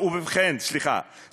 סליחה,